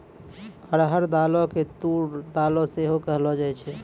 अरहर दालो के तूर दाल सेहो कहलो जाय छै